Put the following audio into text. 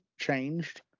changed